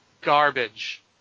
garbage